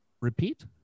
Repeat